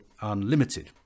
unlimited